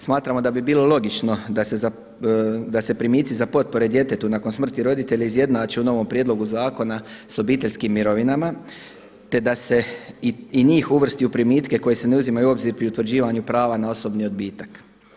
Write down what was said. Smatramo da bi bilo logično da se primitci za potpore djetetu nakon smrti roditelja izjednače u novom prijedlogu zakona sa obiteljskim mirovinama, te da se i njih uvrsti u primitke koji se ne uzimaju u obzir pri utvrđivanju prava na osobni odbitak.